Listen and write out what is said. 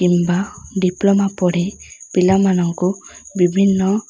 କିମ୍ବା ଡିପ୍ଲୋମା ପଢ଼ି ପିଲାମାନଙ୍କୁ ବିଭିନ୍ନ